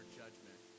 judgment